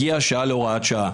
הגיעה השעה להוראת שעה.